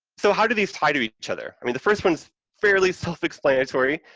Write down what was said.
so, how do these tie to each other? i mean, the first one is fairly self-explanatory,